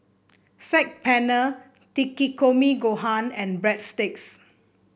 Saag Paneer Takikomi Gohan and Breadsticks